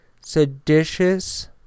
seditious